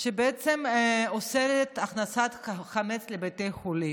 שבעצם אוסרת הכנסת חמץ לבתי חולים.